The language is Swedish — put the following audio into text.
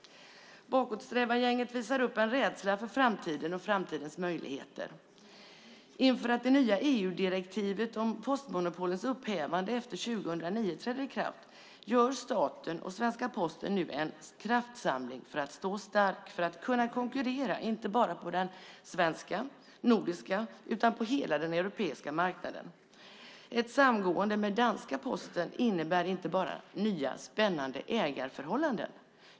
Bakåtsträvargänget visar upp en rädsla för framtiden och framtidens möjligheter. Inför att det nya EU-direktivet om postmonopolens upphävande efter 2009 träder i kraft gör staten och svenska Posten nu en kraftsamling för att stå stark och kunna konkurrera inte bara på den svenska och nordiska utan hela den europeiska marknaden. Ett samgående med danska Posten innebär inte bara nya spännande ägarförhållanden.